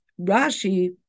Rashi